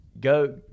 go